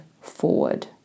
forward